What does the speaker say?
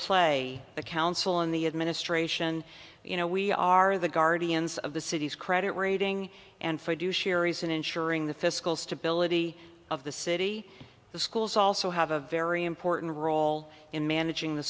play the council in the administration you know we are the guardians of the city's credit rating and fiduciary is in ensuring the fiscal stability of the city the schools also have a very important role in managing the